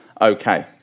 okay